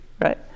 right